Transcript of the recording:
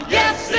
yes